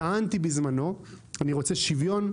טענתי בזמנו שאני רוצה שוויון,